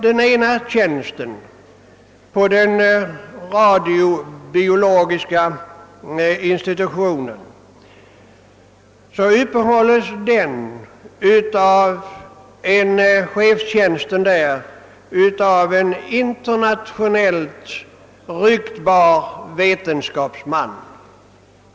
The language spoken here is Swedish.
Den ena tjänsten är förlagd till den radiobiologiska institutionen vid lantbrukshögskolan. Chefstjänsten där uppehålls av en internationellt ryktbar vetenskapsman.